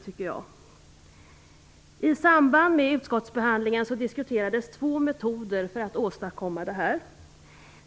I samband med utskottsbehandlingen diskuterades två metoder för att åstadkomma detta.